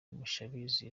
mushabizi